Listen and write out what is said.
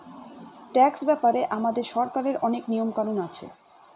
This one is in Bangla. ট্যাক্স ব্যাপারে আমাদের সরকারের অনেক নিয়ম কানুন আছে